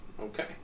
Okay